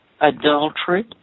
Adultery